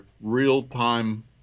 real-time